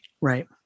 Right